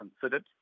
considered